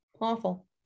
awful